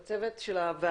בוקר טוב לצוות הוועדה.